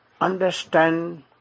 understand